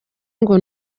ngo